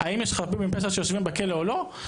האם יש חפים מפשע שיושבים בכלא או לא?